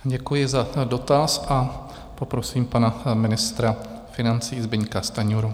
Děkuji za dotaz a poprosím pana ministra financí Zbyňka Stanjuru.